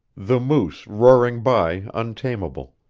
the moose roaring by untamable,